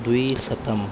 द्विशतं